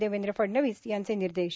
देवेंद्र फडणवीस यांचे निर्देश